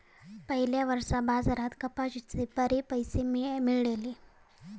पयल्या वर्सा बाजारात कपाशीचे बरे पैशे मेळलले